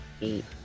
eight